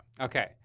Okay